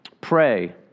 pray